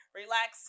relax